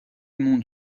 monde